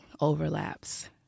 overlaps